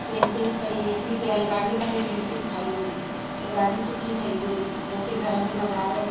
painting कई हिकिड़ी बैलगाड़ी वारी पेंटिंग ठाही हुई उहो ॾाढी सुठी ठही हुई हुन खे घर में लॻायो